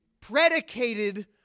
predicated